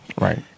Right